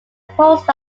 post